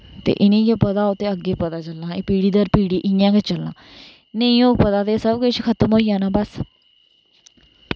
ते इनें गै पता होग तां अग्गै पता चलना एह् पीढ़ी दर पीढ़ी इ'यां गै चलना नेईं होग पता ते सब कुश खत्म होई जाना बस